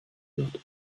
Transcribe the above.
wird